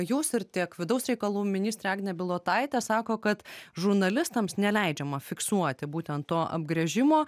jūs ir tiek vidaus reikalų ministrė agnė bilotaitė sako kad žurnalistams neleidžiama fiksuoti būtent to apgręžimo